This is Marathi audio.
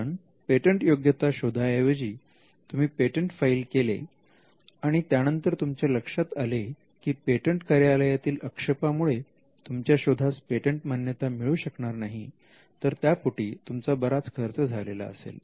कारण पेटंटयोग्यता शोधा ऐवजी तुम्ही पेटंट फाईल केले आणि त्यानंतर तुमच्या लक्षात आले की पेटंट कार्यालयातील अक्षेपा मुळे तुमच्या शोधास पेटंट मान्यता मिळू शकणार नाही तर त्यापोटी तुमचा बराच खर्च झालेला असेल